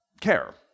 care